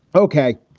ok,